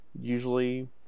usually